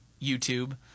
YouTube